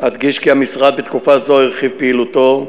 אדגיש כי המשרד בתקופה זו הרחיב פעילותו,